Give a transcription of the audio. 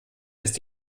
ist